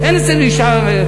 אין אצלנו אישה.